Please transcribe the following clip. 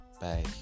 Bye